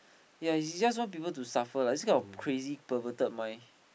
yea he just want people to suffer lah this kind of crazy perverted mind